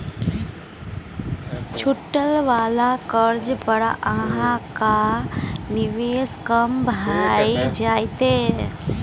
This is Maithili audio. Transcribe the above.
छूट वला कर्जा पर अहाँक निवेश कम भए जाएत